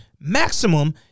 maximum